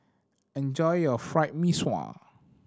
enjoy your Fried Mee Sua